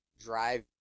drive